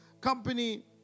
company